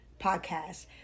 podcast